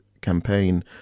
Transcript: campaign